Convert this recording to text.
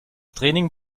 training